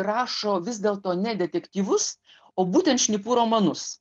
rašo vis dėlto ne detektyvus o būtent šnipų romanus